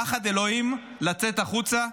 פחד אלוהים לצאת החוצה.